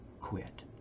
quit